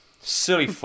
silly